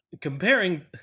Comparing